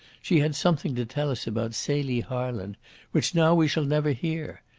she had something to tell us about celie harland which now we shall never hear.